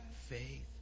faith